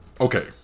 okay